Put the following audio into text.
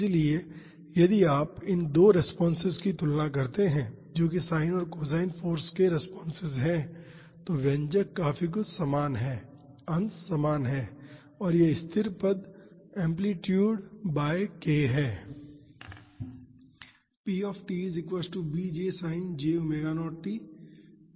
इसलिए यदि आप इन 2 रेस्पॉन्सेस की तुलना करते हैं जो कि साइन और कोसाइन फोर्सेज के रेस्पॉन्सेस हैं तो व्यंजक काफी कुछ समान है अंश समान है और यह स्थिर पद एम्पलीटूड बाई k है